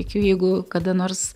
tikiu jeigu kada nors